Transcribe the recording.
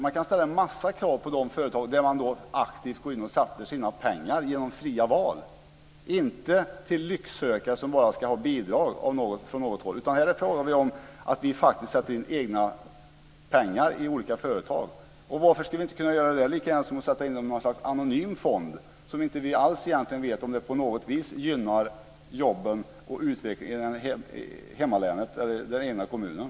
Man kan ställa en mängd krav på de företag i vilka man aktivt går in och satsar sina pengar genom fria val, inte till lycksökare som bara ska ha bidrag från något håll. Här talar vi om att vi faktiskt sätter in egna pengar i olika företag. Och varför skulle vi inte kunna göra det lika gärna som att sätta in dem i något slags anonym fond som vi egentligen inte alls vet om den på något vis gynnar jobben och utvecklingen i den egna kommunen.